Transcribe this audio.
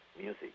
music